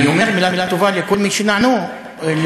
אני אומר מילה טובה לכל מי שנענו למאמצים,